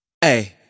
Hey